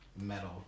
metal